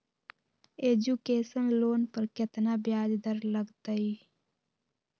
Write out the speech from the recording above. Education loan पर केतना ब्याज दर लगतई?